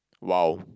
!wow!